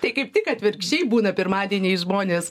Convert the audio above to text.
tai kaip tik atvirkščiai būna pirmadieniais žmonės